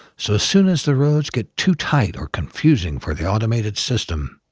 so as soon as the roads get too tight or confusing for the automated system,